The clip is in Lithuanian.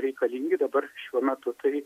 reikalingi dabar šiuo metu tai